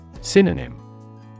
Synonym